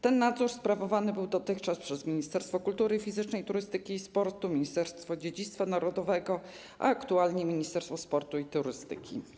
Ten nadzór sprawowany był dotychczas przez ministerstwo kultury fizycznej, turystyki i sportu, ministerstwo dziedzictwa narodowego, a aktualnie przez Ministerstwo Sportu i Turystyki.